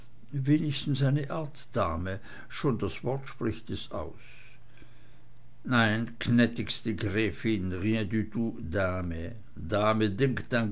wenigstens eine art dame schon das wort spricht es aus nein gnäddigste gräfin rien du tout dame